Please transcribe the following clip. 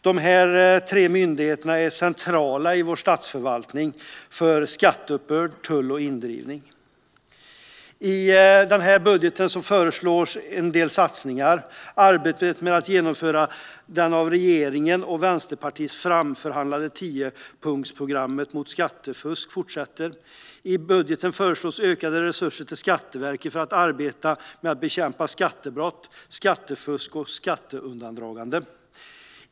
Dessa tre myndigheter är centrala i vår statsförvaltning för skatteuppbörd, tull och indrivning. I budgeten föreslås en del satsningar. Arbetet med att genomföra det av regeringen och Vänsterpartiet framförhandlade tiopunktsprogrammet mot skattefusk fortsätter. I budgeten föreslås ökade resurser till Skatteverket för arbetet med att bekämpa skattebrott, skattefusk och skatteundandraganden.